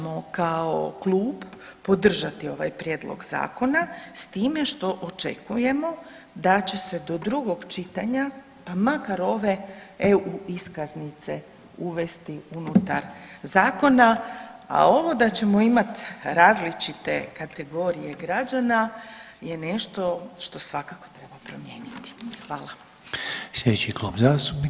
Mi ćemo kao klub podržati ovaj prijedlog zakona s time što očekujemo da će se do drugog čitanja pa makar ove eu iskaznice uvesti unutar zakona, a ovo da ćemo imati različite kategorije građana je nešto što svakako treba promijeniti.